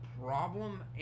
problem